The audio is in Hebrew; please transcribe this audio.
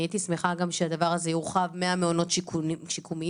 הייתי שמחה שהדבר הזה יורחב מהמעונות שיקומיים,